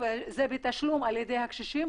זה בתשלום על ידי הקשישים,